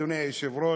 אדוני היושב-ראש,